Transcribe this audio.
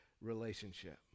relationship